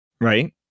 right